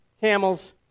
camels